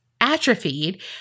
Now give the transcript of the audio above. atrophied